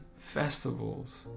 festivals